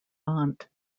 aunt